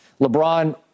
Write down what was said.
LeBron